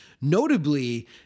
notably